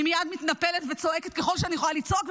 אני מייד מתנפלת וצועקת ככל שאני יכולה לצעוק,